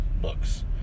books